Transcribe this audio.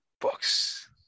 books